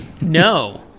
No